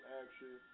action